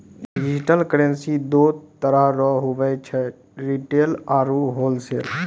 digital currency दो तरह रो हुवै छै रिटेल आरू होलसेल